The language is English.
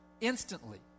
instantly